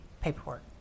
paperwork